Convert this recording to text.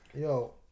Yo